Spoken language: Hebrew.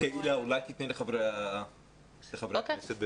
תאפשרי לחברי הכנסת להתייחס.